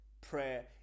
Prayer